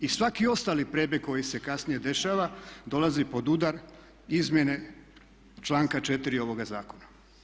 I svaki ostali prebjeg koji se kasnije dešava dolazi pod udar izmjene članka 4. ovoga zakona.